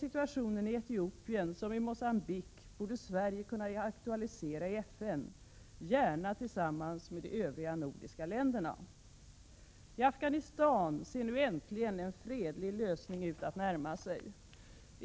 Situationen såväl i Etiopien som i Mogambique borde Sverige kunna aktualisera i FN, gärna tillsammans med de övriga nordiska länderna. I Afghanistan ser det nu äntligen ut som om en fredlig lösning närmar sig.